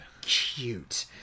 cute